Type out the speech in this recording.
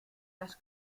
las